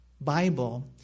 Bible